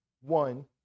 one